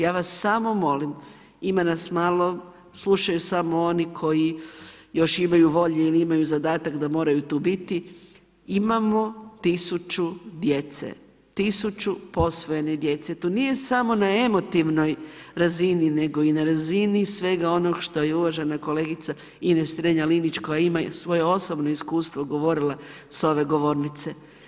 Ja vas samo molim, ima nas malo, slušaju samo oni koji još imaju volje ili imaju zadatak da moraju tu biti, imamo 1000 djece, 1000 posvojene djece, to nije samo na emotivnoj razini, nego i na razini svega onog što je uvažena kolegica Ines Strenja-Linić koja ima svoje osobno iskustvo govorila s ove govornice.